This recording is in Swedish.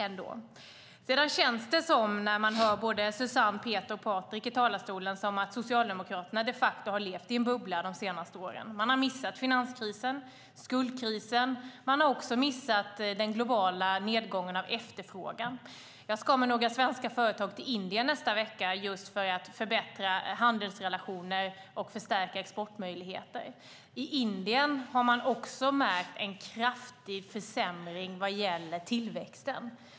När man hör Suzanne Svensson, Peter Persson och Patrik Björck i talarstolen känns det som att Socialdemokraterna de facto har levt i en bubbla de senaste åren. Man har missat finanskrisen, skuldkrisen och man har missat den globala nedgången av efterfrågan. Jag ska åka med några svenska företag till Indien nästa vecka för att förbättra handelsrelationer och förstärka exportmöjligheter. I Indien har man också märkt en kraftig försämring vad gäller tillväxten.